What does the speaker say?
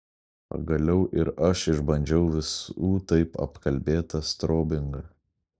pagaliau ir aš išbandžiau visų taip apkalbėtą strobingą